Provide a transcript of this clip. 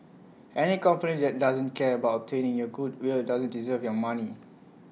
any company that doesn't care about obtaining your goodwill doesn't deserve your money